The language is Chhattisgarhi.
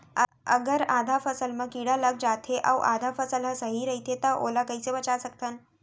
अगर आधा फसल म कीड़ा लग जाथे अऊ आधा फसल ह सही रइथे त ओला कइसे बचा सकथन?